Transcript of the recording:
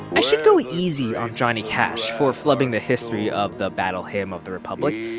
i should go easy on johnny cash for flubbing the history of the battle hymn of the republic.